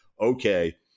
okay